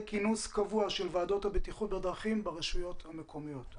כינוס קבוע של ועדות הבטיחות בדרכים ברשויות המקומיות.